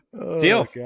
deal